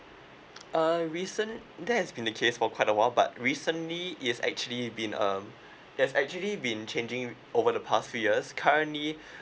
uh recent that has been the case for quite a while but recently it's actually been um there's actually been changing over the past few years currently